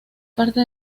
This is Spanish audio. parte